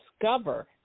discover